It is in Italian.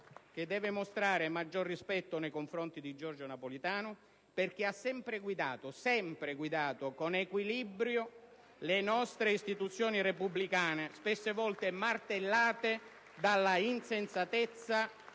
che deve mostrare maggior rispetto nei confronti di Giorgio Napolitano, perché ha sempre guidato - sempre guidato - con equilibrio le nostre istituzioni repubblicane, spesse volte martellate dalla insensatezza